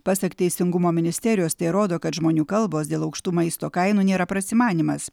pasak teisingumo ministerijos tai rodo kad žmonių kalbos dėl aukštų maisto kainų nėra prasimanymas